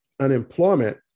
Unemployment